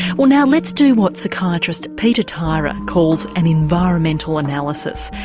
well now let's do what psychiatrist peter tyrer calls an environmental analysis.